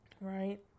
Right